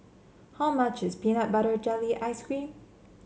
how much is Peanut Butter Jelly Ice cream